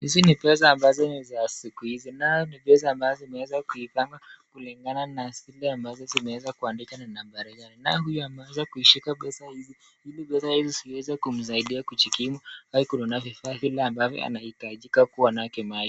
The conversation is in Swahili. Hizi ni pesa ambazo ni za siku hizi, nayo ni pesa ambazo zimeeza kuipangwa kulingana na zile ambazo zimeweza kuandikwa na nambari yake, naye huyu ameweza kuzishika pesa hizi ili pesa hizi ziweze kumsaidie kujikimu au kununua vifaa vile ambazvyo anahitajika kuwa navyo naye.